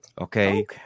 Okay